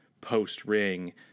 post-ring